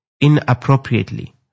inappropriately